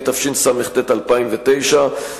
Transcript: התשס"ט 2009,